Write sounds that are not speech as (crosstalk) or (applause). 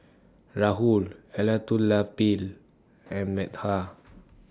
Rahul (unintelligible) and Medha